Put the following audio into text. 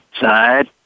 side